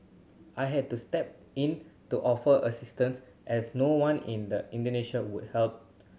I had to step in to offer assistance as no one in the Indonesia would help